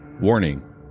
Warning